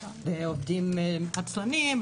עובדים עצלנים,